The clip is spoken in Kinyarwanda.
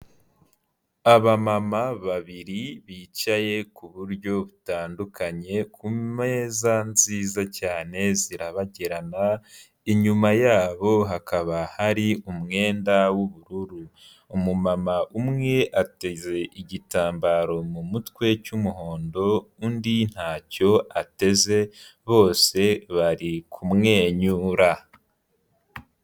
Abamama babiri bicaye kuburyo butandukanye ku meza nziza cyane zirabagirana, inyuma yabo hakaba hari umwenda w'ubururu, umumama umwe ateze igitambaro mu mutwe cy'umuhondo, undi ntacyo ateze bose bari kumwenyura.